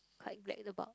quite about